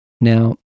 Now